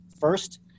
first